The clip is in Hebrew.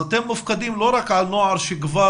אז אתם מופקדים לא רק על נוער שכבר